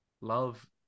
love